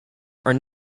are